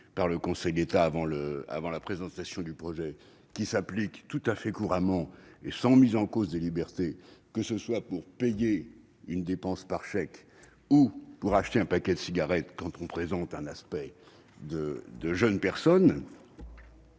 par le Conseil d'État avant la présentation du projet de loi et qui s'applique tout à fait couramment et sans mise en cause des libertés, que ce soit pour payer une dépense par chèque ou pour acheter un paquet de cigarettes quand on paraît jeune. En